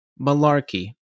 Malarkey